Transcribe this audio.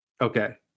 Okay